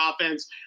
offense